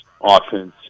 offense